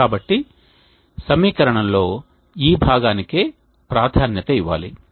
కాబట్టి సమీకరణంలో ఈ భాగానికే ప్రాధాన్యత ఇవ్వాలి